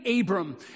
Abram